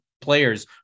players